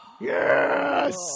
yes